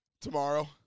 tomorrow